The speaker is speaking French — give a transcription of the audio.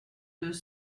deux